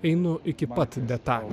einu iki pat detalių